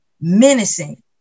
menacing